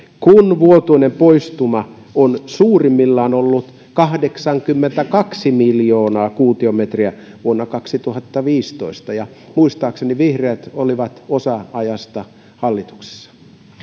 kun vuotuinen poistuma on suurimmillaan ollut kahdeksankymmentäkaksi miljoonaa kuutiometriä vuonna kaksituhattaviisitoista muistaakseni vihreät olivat osan ajasta hallituksessa